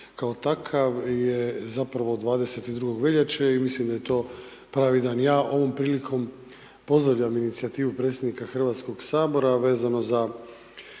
kao takav je zapravo od 22. veljače i mislim da je to pravedno. Ja ovom prilikom pozdravljam inicijativu predsjednika Hrvatskog sabora a vezano za